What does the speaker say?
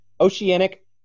Oceanic